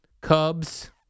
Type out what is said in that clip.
Cubs